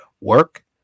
work